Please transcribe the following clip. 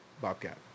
bobcat